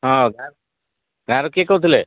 ହଁ ଗାଁ ଗାଁରୁ କିଏ କହୁଥିଲେ